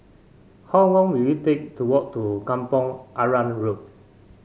how long will it take to walk to Kampong Arang Road